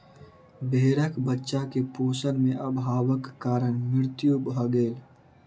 भेड़क बच्चा के पोषण में अभावक कारण मृत्यु भ गेल